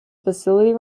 facility